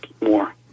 more